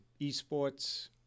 eSports